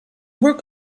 work